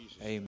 Amen